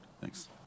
thanks